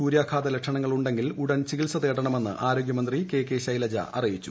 സൂര്യാഘാത ലക്ഷണങ്ങൾ ഉണ്ടെങ്കിൽ ഉടൻ ചികിത്സ തേടണമെന്ന് ആരോഗ്യ മന്ത്രി കെ കെ ശൈലജ അറിയിച്ചു